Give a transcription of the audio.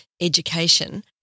education